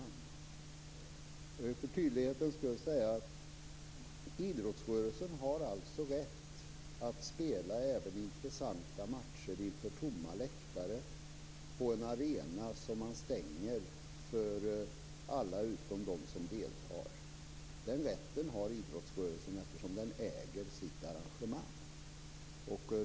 Jag vill för tydlighetens skull säga att idrottsrörelsen har rätt att spela även intressanta matcher inför tomma läktare, på en arena som man stänger för alla utom för dem som deltar. Den rätten har idrottsrörelsen, eftersom den äger sina arrangemang.